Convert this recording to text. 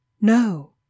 No